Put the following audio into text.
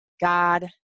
God